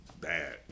bad